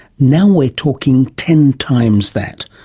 now we're talking ten times that,